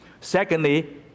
Secondly